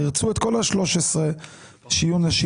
ירצו את כל ה-13 שיהיו נשים,